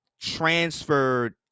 transferred